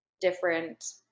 different